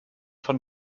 von